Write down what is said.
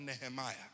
Nehemiah